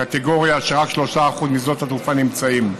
קטגוריה שרק 3% משדות התעופה נמצאים בה.